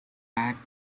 pack